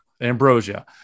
ambrosia